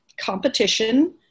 competition